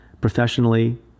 professionally